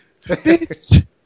Bitch